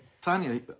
Tanya